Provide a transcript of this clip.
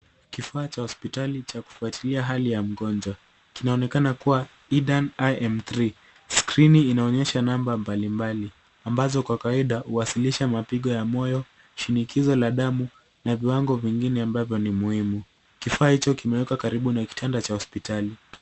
Kifaa cha hospitali cha kufwatilia hali ya mgonjwa. Kinaonekana kuwa Idan IM3 . Skrini inaonyesha namba mbalimbali ambazo kwa kawaida huwasilisha mapigo ya moyo, shinikizo la damu na viwango vingine ambavyo ni muhimu. Kifaa hicho kimewekwa karibu na kitanda cha hospitali.